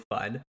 fun